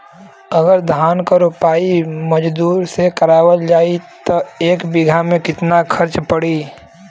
अगर धान क रोपाई मजदूर से करावल जाई त एक बिघा में कितना खर्च पड़ी?